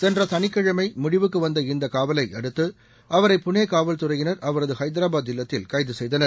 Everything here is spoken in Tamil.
சென்ற சனிக்கிழமை முடிவுக்கு வந்த இந்த காவலை அடுத்து அவரை புனே காவல் துறையினர் அவரது ஹைதராபாத் இல்லத்தில் கைது செய்தனர்